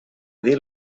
dir